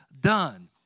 done